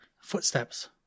footsteps